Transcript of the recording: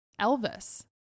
Elvis